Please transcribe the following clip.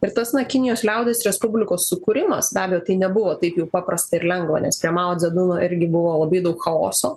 ir tas na kinijos liaudies respublikos sukūrimas davė tai nebuvo taip jau paprasta ir lengva nes prie maudzeduno irgi buvo labai daug chaoso